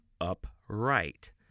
upright